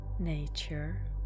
Nature